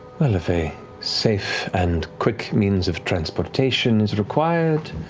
well, if a safe and quick means of transportation is required,